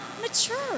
mature